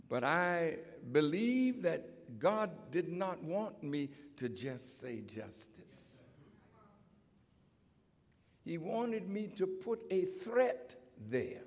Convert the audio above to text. but i believe that god did not want me to just say just as he wanted me to put a threat the